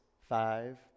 five